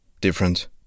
different